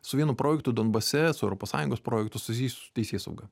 su vienu projektu donbase su europos sąjungos projektu susijusiu su teisėsauga